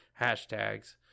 hashtags